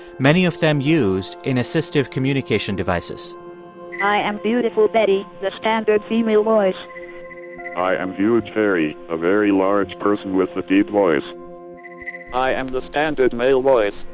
many of them used in assistive communication devices i am beautiful betty, the standard female voice i am huge harry, a very large person with a deep voice i am the standard male voice,